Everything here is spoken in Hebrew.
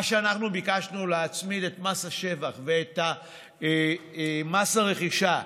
מה שאנחנו ביקשנו זה להצמיד את מס השבח ואת מס הרכישה,